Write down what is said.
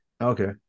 Okay